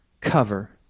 cover